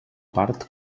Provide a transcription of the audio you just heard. part